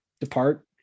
depart